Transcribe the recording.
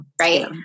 right